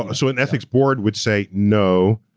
um so an ethics board would say, no,